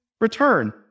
return